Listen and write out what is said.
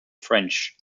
french